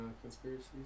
conspiracies